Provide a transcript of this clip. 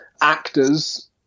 actors